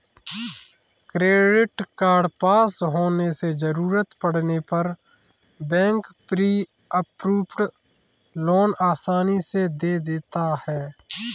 credit card पास होने से जरूरत पड़ने पर बैंक प्री अप्रूव्ड लोन आसानी से दे देता है